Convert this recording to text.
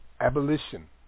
Abolition